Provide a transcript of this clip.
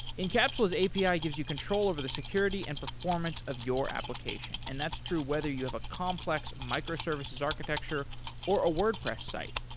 encapsula's api ah gives you control over the security and performance of your application and that's true whether you have a complex microservices architecture or a wordpress site,